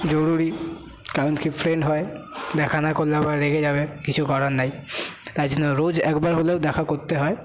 জরুরি কারণ কি ফ্রেন্ড হয় দেখা না করলে আবার রেগে যাবে কিছু করার নেই তাই জন্য রোজ একবার হলেও দেখা করতে হয়